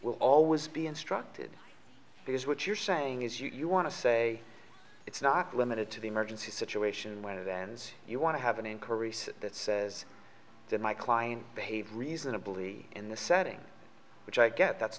will always be instructed because what you're saying is you want to say it's not limited to the emergency situation when it ends you want to have an inquiry that says that my client behave reasonably in the setting which i get that's